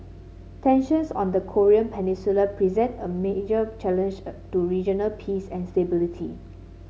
tensions on the Korean Peninsula present a major challenge a to regional peace and stability